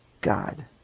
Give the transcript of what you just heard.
God